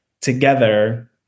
together